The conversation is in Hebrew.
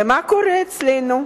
ומה קורה אצלנו?